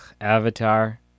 Avatar